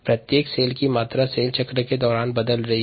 प्रत्येक कोशिका की मात्रा कोशिका चक्र के दौरान बदल रही है